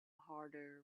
harder